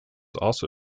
also